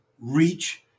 reach